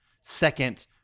second